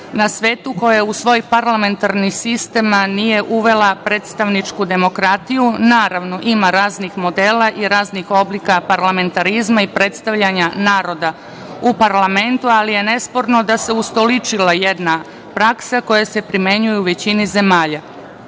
na svetu koja u svoj parlamentarni sistem nije uvela predstavničku demokratiju. Naravno, ima raznih modela i raznih oblika parlamentarizma i predstavljanja naroda u parlamentu, ali je nesporno da se ustoličila jedna praksa koja se primenjuje u većini zemalja.U